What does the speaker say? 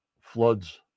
floods